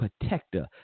protector